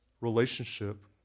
Relationship